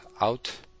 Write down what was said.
out